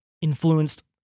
influenced